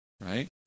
right